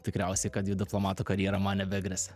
tikriausiai kad jau diplomato karjera man nebegresia